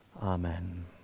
Amen